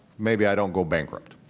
maybe i don't go bankrupt.